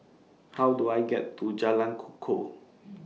How Do I get to Jalan Kukoh